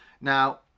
Now